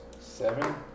seven